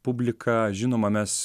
publika žinoma mes